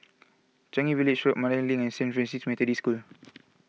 Changi Village Road Mandai Link and Saint Francis Methodist School